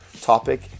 topic